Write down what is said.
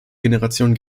generation